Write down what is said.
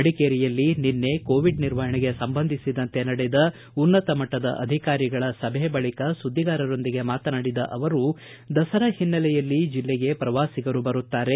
ಮಡಿಕೇರಿಯಲ್ಲಿ ನಿನ್ನೆ ಕೋವಿಡ್ ನಿರ್ವಹಣೆಗೆ ಸಂಬಂಧಿಸಿದಂತೆ ನಡೆದ ಉನ್ನತ ಮಟ್ಟದ ಅಧಿಕಾರಿಗಳ ಸಭೆ ಬಳಿಕ ಸುದ್ದಿಗಾರರೊಂದಿಗೆ ಮಾತನಾಡಿದ ಅವರು ದಸರಾ ಹಿನ್ನೆಲೆಯಲ್ಲಿ ಜಿಲ್ಲೆಗೆ ಪ್ರವಾಸಿಗರು ಬರುತ್ತಾರೆ